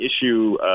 issue